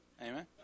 Amen